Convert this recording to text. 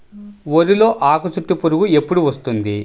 వరిలో ఆకుచుట్టు పురుగు ఎప్పుడు వస్తుంది?